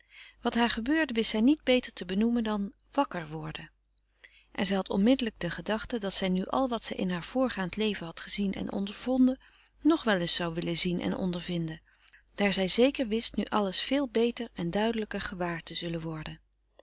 wat haar gebeurde wist zij niet beter te benoemen dan wakker worden en zij had onmiddellijk de gedachte dat zij nu al wat zij in haar voorgaand leven had gezien en ondervonden nog wel eens zou willen zien en ondervinden daar zij zeker wist nu alles veel beter en duidelijker gewaar te zullen worden